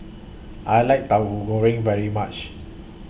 I like Tahu Goreng very much